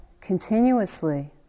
continuously